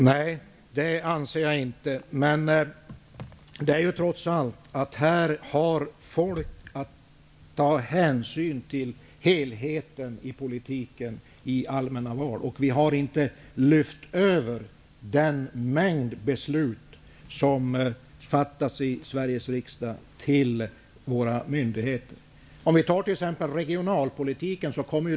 Herr talman! Nej, det anser jag inte. Här har folk trots allt att ta hänsyn till helheten i politiken i allmänna val. Vi har inte lyft över den mängd beslut som fattas i Sveriges riksdag till våra myndigheter. Vi kan ta regionalpolitiken som exempel.